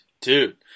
dude